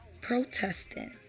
protesting